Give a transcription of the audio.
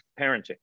parenting